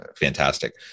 fantastic